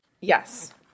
Yes